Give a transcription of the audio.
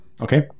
Okay